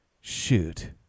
shoot